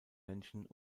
menschen